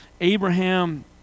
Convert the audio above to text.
Abraham